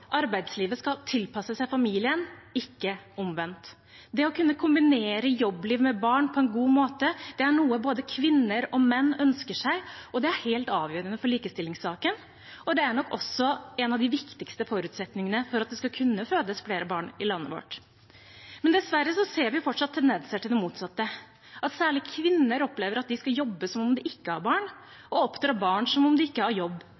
arbeidslivet skal tilpasse seg familien, ikke omvendt. Det å kunne kombinere jobbliv med barn på en god måte er noe både kvinner og menn ønsker seg. Det er helt avgjørende for likestillingssaken, og det er nok også en av de viktigste forutsetningene for at det skal kunne fødes flere barn i landet vårt. Dessverre ser vi fortsatt tendenser til det motsatte, at særlig kvinner opplever at de skal jobbe som om de ikke har barn, og oppdra barn som om de ikke har jobb,